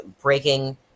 breaking